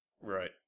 Right